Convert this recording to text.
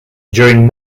during